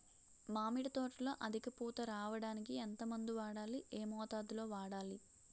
మామిడి తోటలో అధిక పూత రావడానికి ఎంత మందు వాడాలి? ఎంత మోతాదు లో వాడాలి?